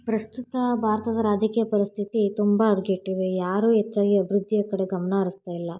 ಪ್ರಸ್ತುತ ಭಾರತದ ರಾಜಕೀಯ ಪರಿಸ್ಥಿತಿ ತುಂಬ ಹದ್ಗೆಟ್ಟಿದೆ ಯಾರೂ ಹೆಚ್ಚಾಗಿ ಅಭಿವೃದ್ಧಿಯ ಕಡೆ ಗಮನ ಹರಸ್ತಾ ಇಲ್ಲ